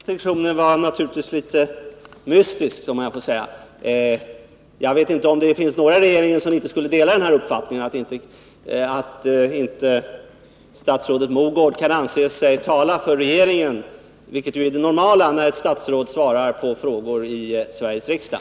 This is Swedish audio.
Herr talman! Den sista distinktionen var naturligtvis litet mystisk, om jag får säga så. Jag vet inte om det finns några i regeringen som inte skulle dela denna uppfattning och att statsrådet Mogård därför inte kan anse sig tala för regeringen — vilket ju är det normala när ett statsråd svarar på frågor i Sveriges riksdag.